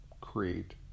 create